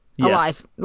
Alive